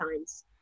signs